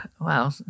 Wow